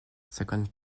cinquante